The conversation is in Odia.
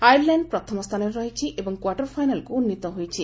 ଆୟାର୍ଲାଣ୍ଡ ପ୍ରଥମ ସ୍ଥାନରେ ରହିଛି ଏବଂ କ୍ୱାର୍ଟର ଫାଇନାଲ୍କୁ ଉନ୍ନୀତ ହୋଇଛି